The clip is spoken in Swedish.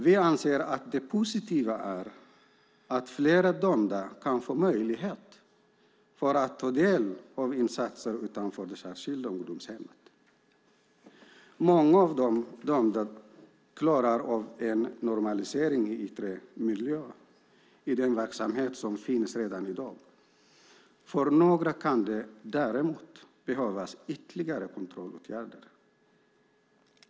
Vi anser att det positiva är att fler dömda kan få möjlighet att ta del av insatser utanför det särskilda ungdomshemmet. Många av de dömda klarar av en normalisering i yttre miljö i den verksamhet som finns redan i dag. För några kan det däremot behövas ytterligare kontrollåtgärder.